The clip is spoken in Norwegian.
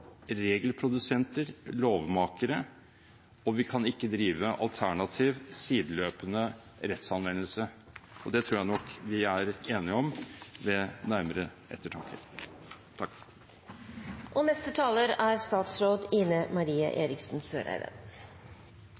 regelprodusenter, lovmakere, og vi kan ikke drive alternativ, sideløpende rettsanvendelse. Det tror jeg nok vi er enige om ved nærmere ettertanke. Vi ser en endret sikkerhetspolitisk situasjon. I en tid preget av uro og usikkerhet er